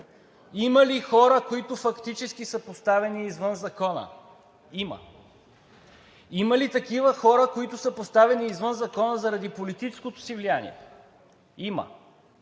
Има ли хора, които фактически са поставени извън закона? Има! Има ли такива хора, които са поставени извън закона заради политическото си влияние? Има!